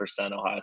Ohio